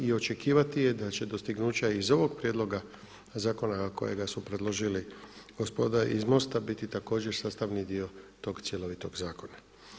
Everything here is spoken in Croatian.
I očekivati je da će dostignuća iz ovoga prijedloga zakona kojega su predložili gospoda iz MOST-a, biti također sastavni dio tog cjelovitog zakona.